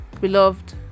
Beloved